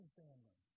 family